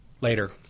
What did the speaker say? later